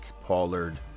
Pollard